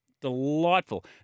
Delightful